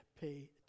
pay